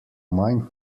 manj